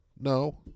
No